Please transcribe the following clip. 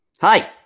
Hi